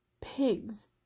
pigs